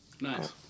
Nice